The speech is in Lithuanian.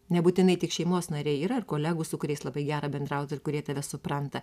nebūtinai tik šeimos nariai yra ir kolegų su kuriais labai gera bendraut ir kurie tave supranta